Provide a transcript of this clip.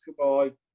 Goodbye